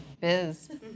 biz